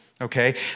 Okay